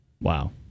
Wow